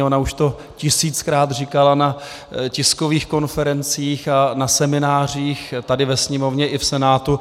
Ona už to tisíckrát říkala na tiskových konferencích a seminářích tady ve Sněmovně i v Senátu.